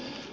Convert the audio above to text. näin on